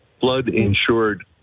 flood-insured